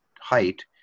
height